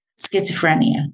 schizophrenia